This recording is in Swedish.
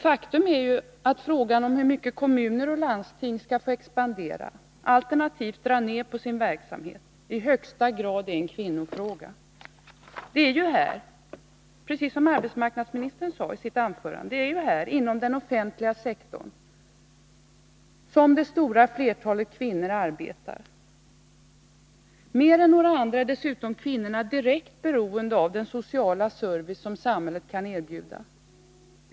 Faktum är att frågan om hur mycket kommuner och landsting skall få expandera, alternativt dra ner på sin verksamhet, i högsta grad är en kvinnofråga. Det är ju här, precis som arbetsmarknadsministern sade i sitt anförande, inom den offentliga sektorn, som det stora flertalet kvinnor arbetar. Mer än några andra är dessutom kvinnorna direkt beroende av den sociala service som samhället kan erbjuda.